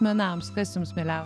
menams kas jums mieliausia